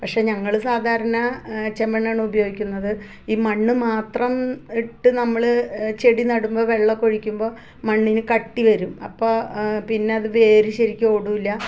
പക്ഷേ ഞങ്ങൾ സാധാരണ ചെമ്മണ്ണാണ് ഉപയോഗിക്കുന്നത് ഈ മണ്ണ് മാത്രം ഇട്ട് നമ്മൾ ചെടി നടുമ്പോ വെള്ളൊക്കെ ഒഴിക്കുമ്പോൾ മണ്ണിനു കട്ടി വരും അപ്പം പിന്നെ അത് വേര് ശരിക്ക് ഓടില്ല